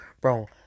Bro